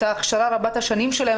את ההכשרה רבת השנים שלהם,